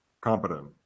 competent